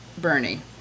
Bernie